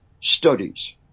studies